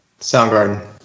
Soundgarden